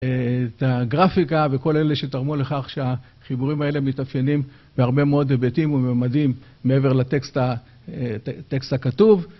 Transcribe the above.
את הגרפיקה וכל אלה שתרמו לכך שהחיבורים האלה מתאפיינים בהרבה מאוד היבטים וממדים מעבר לטקסט הכתוב